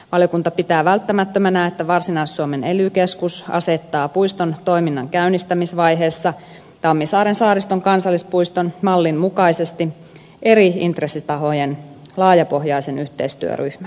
valiokunta pitää välttämättömänä että varsinais suomen ely keskus asettaa puiston toiminnan käynnistämisvaiheessa tammisaaren saariston kansallispuiston mallin mukaisesti eri intressitahojen laajapohjaisen yhteistyöryhmän